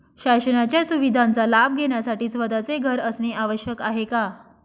शासनाच्या सुविधांचा लाभ घेण्यासाठी स्वतःचे घर असणे आवश्यक आहे का?